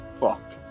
Fuck